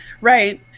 Right